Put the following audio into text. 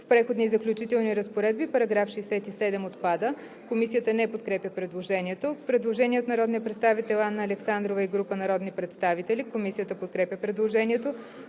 „В Преходни и заключителни разпоредби § 67 отпада.“ Комисията не подкрепя предложението. Предложение от народния представител Анна Александрова и група народни представители. Комисията подкрепя предложението.